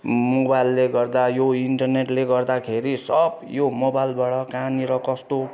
मोबाइलले गर्दा यो इन्टरनेटले गर्दाखेरि सब यो मोबाइलबाट कहाँनेर कस्तो